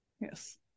Yes